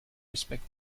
respect